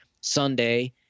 Sunday